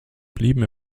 blieben